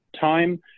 time